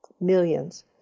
Millions